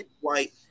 White